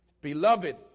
Beloved